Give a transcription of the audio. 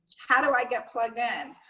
how do i get plugged? and